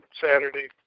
Saturday